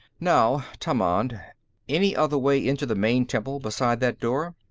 now, tammand any other way into the main temple beside that door?